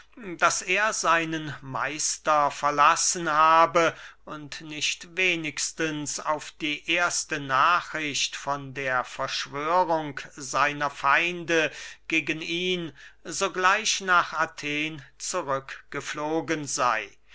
daß er seinen meister verlassen habe und nicht wenigstens auf die erste nachricht von der verschwörung seiner feinde gegen ihn sogleich nach athen zurück geflogen sey